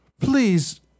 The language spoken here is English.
Please